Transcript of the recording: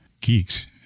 geeks